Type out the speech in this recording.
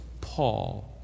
Paul